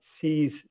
sees